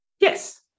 Yes